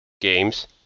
Games